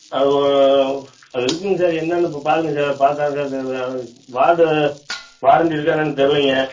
அது ஓ அது இருக்குதுங்க சார் என்னான்னு இப்போ பாருங்கள் சார் பார்த்தா சார் வார்டு வாரண்ட்டி இருக்கா என்னான்னு தெரிலைங்க